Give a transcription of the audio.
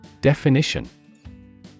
Definition